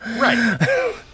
Right